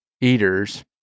eaters